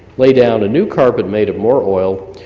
lay down a new carpet made of more oil,